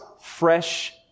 fresh